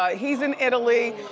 ah he's in italy,